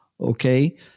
Okay